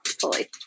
fully